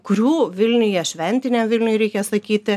kurių vilniuje šventiniam vilniuj reikia sakyti